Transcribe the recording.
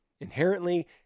inherently